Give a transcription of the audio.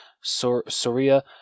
Soria